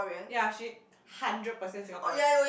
ya she hundred percent Singaporean